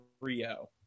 Rio